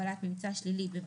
לישראל,